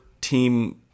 team